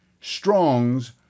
Strong's